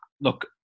look